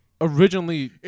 originally